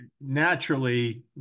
naturally